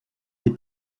des